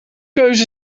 keus